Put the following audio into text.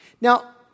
Now